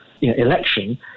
election